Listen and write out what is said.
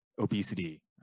obesity